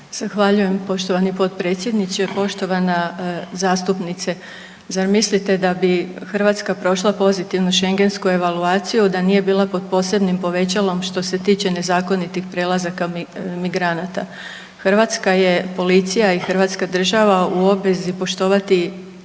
Zahvaljujem poštovani potpredsjedniče, poštovana zastupnice. Zar mislite da bi Hrvatska prošla pozitivnu šengensku evaluaciju da nije bila pod posebnim povećalom što se tiče nezakonitih prelazaka migranata? Hrvatska je policija i hrvatska država u obvezi poštovati